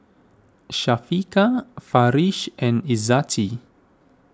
Syafiqah Farish and Izzati